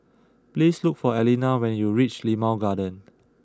please look for Allena when you reach Limau Garden